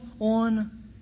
on